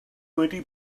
wedi